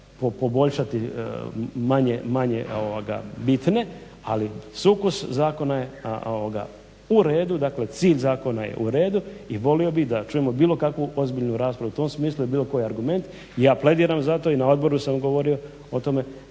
poboljšati manje bitne, ali sukus zakona je u redu, dakle cilj zakona je u redu i volio bih da čujemo bilo kakvu ozbiljnu raspravu i bilo koji argument i ja plediram za to i na odboru sam govorio o tome